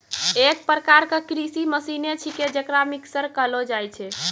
एक प्रकार क कृषि मसीने छिकै जेकरा मिक्सर कहलो जाय छै